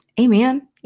Amen